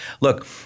look